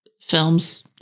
films